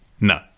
No